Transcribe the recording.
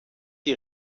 die